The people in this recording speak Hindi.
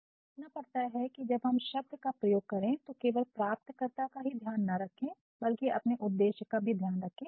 और हमको देखना पड़ता है कि जब हम शब्द का प्रयोग करे तो केवल प्राप्तकर्ता का ही ध्यान न रखे बल्कि अपने उद्देशय का भी ध्यान रखे